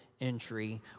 entry